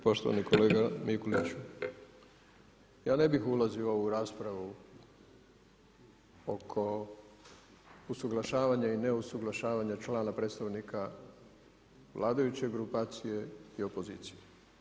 Poštovani kolega Mikuliću, ja ne bih ulazio u ovu raspravu oko usuglašavanja i neusuglašavanja člana predstavnika vladajuće grupacije i opozicije.